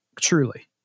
Truly